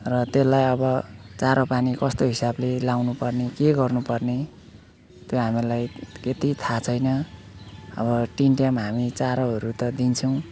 र त्यसलाई अब चारोपानी कस्तो हिसाबले लगाउनुपर्ने के गर्नुपर्ने त्यो हामीहरूलाई त्यति थाह छैन र तिन टाइम हामी चारोहरू त दिन्छौँ